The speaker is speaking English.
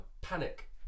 Panic